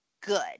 good